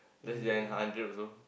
less than hundred also